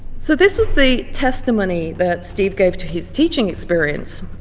so this was the testimony that steve gave to his teaching experience.